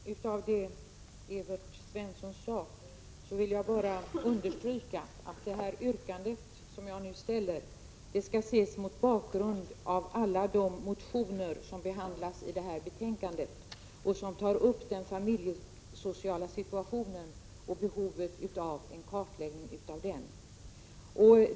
Herr talman! Med anledning av det Evert Svensson sade vill jag bara understryka att mitt yrkande skall ses mot bakgrund av alla de motioner som behandlas i betänkandet och som tar upp den familjesociala situationen och behovet av en kartläggning på det området.